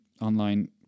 online